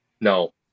No